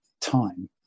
time